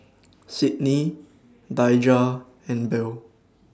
Cydney Daija and Bell